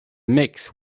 mix